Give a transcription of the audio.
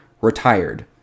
retired